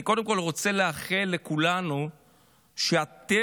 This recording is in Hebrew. אני קודם רוצה לאחל לכולנו שהטבח